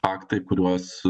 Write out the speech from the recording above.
faktai kuriuos